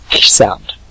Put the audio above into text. sound